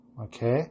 Okay